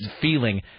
feeling